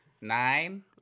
Nine